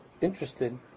interested